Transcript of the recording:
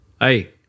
Hey